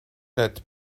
let